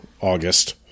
August